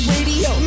Radio